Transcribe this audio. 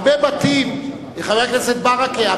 חבר הכנסת ברכה,